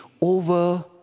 over